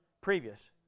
previous